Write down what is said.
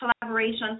collaboration